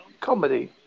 Comedy